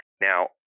Now